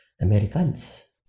Americans